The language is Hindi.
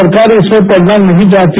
सरकार इसमें पड़ना नहीं चाहती